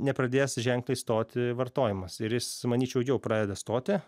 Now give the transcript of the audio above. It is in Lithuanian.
nepradės ženkliai stoti vartojimas ir jis manyčiau jau pradeda stoti